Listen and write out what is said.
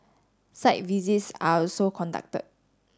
site visits are also conducted